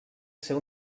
ser